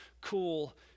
cool